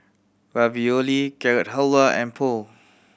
Ravioli Carrot Halwa and Pho